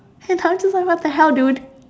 and then I was like what the hell dude